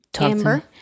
Amber